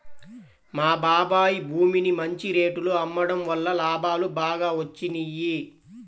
మా బాబాయ్ భూమిని మంచి రేటులో అమ్మడం వల్ల లాభాలు బాగా వచ్చినియ్యి